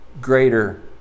greater